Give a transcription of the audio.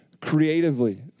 creatively